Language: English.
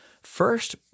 first